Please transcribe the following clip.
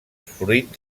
fruit